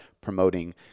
promoting